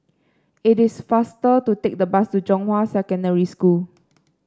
it is faster to take the bus to Zhonghua Secondary School